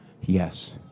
yes